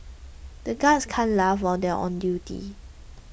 the guards can't laugh where they are on duty